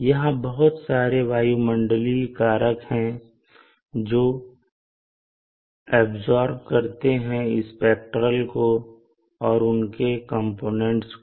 यहां बहुत सारे वायुमंडलीय कारक है जो ऐब्सॉर्ब करते हैं स्पेक्ट्रेल को और उनके कंपोनेंट्स को